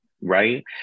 right